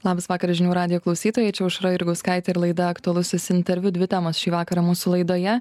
labas vakaras žinių radijo klausytojai čia aušra jurgauskaitė ir laida aktualusis interviu dvi temos šį vakarą mūsų laidoje